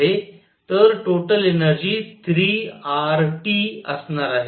तर total energy 3 R T असणार आहे